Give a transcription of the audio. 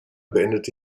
beendete